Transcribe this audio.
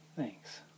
Thanks